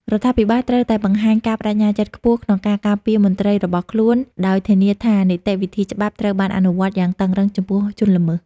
រដ្ឋាភិបាលត្រូវតែបង្ហាញការប្ដេជ្ញាចិត្តខ្ពស់ក្នុងការការពារមន្ត្រីរបស់ខ្លួន ដោយធានាថានីតិវិធីច្បាប់ត្រូវបានអនុវត្តយ៉ាងតឹងរ៉ឹងចំពោះជនល្មើស។